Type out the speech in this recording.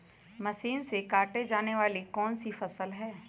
Machine से काटे जाने वाली कौन सी फसल है?